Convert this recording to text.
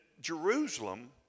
Jerusalem